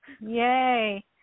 Yay